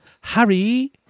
Harry